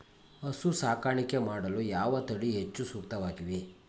ಹಸು ಸಾಕಾಣಿಕೆ ಮಾಡಲು ಯಾವ ತಳಿ ಹೆಚ್ಚು ಸೂಕ್ತವಾಗಿವೆ?